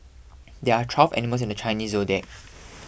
there are twelve animals in the Chinese zodiac